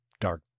dark